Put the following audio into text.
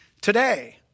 today